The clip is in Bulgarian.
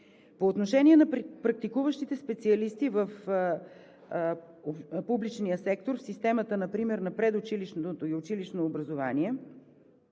По отношение на практикуващите специалисти в публичния сектор, в системата например на предучилищното и училищно образование,